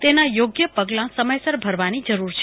તેના યોગ્ય પગલાં સમયસર ભરવાની જરૂર છે